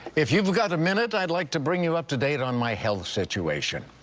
if you've got a minute, i'd like to bring you up to date on my health situation.